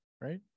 right